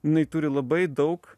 jinai turi labai daug